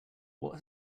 what